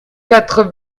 quatre